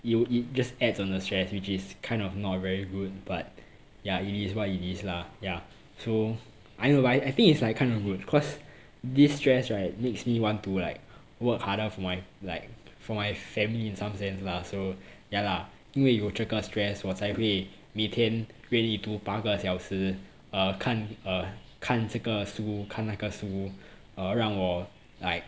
it wil~ it just adds on the stress which is kind of not very good but yeah it is what it is lah ya so I know but I I think it's like kind of good cause this stress right makes me want to like work harder for my like for my family in some sense lah so ya lah 因为有这个 stress 我才会每天愿意读八个小时哦看哦看这个书看那个书 uh 让我 like